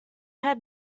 had